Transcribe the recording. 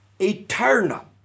eternal